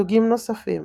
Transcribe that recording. סוגים נוספים